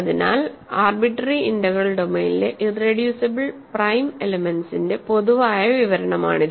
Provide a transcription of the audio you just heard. അതിനാൽ arbitrary integral ഡൊമെയ്നിലെ irreducible prime എലെമെന്റ്സിന്റെ പൊതുവായ വിവരണമാണിത്